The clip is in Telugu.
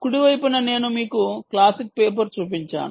కుడి వైపున నేను మీకు క్లాసిక్ పేపర్ చూపించాను